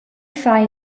far